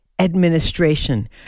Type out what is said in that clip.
Administration